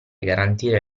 garantire